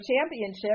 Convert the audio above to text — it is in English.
Championship